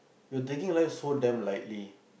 you're taking life so damn lightly